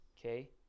okay